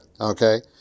Okay